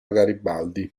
garibaldi